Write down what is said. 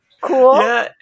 cool